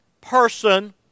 person